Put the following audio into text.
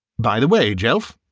by the way, jelf,